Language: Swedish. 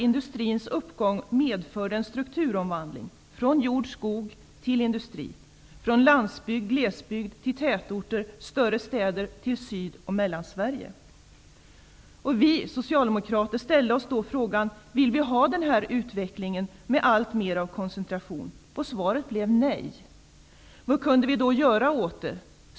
Industrins uppgång medförde då en strukturomvandling från jord och skogsbruk till industri, från lands och glesbygder till tätorter, större städer, och till Sydoch Mellansverige. Vi socialdemokrater ställde oss frågan: Ville vi ha den här utvecklingen med alltmer av koncentration? Svaret blev nej. Vad kunde vi göra åt saken?